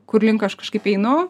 kurlink aš kažkaip einu